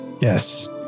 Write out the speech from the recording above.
Yes